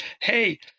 hey